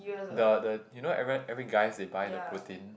the the you know everyone every guys they buy the protein